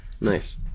Nice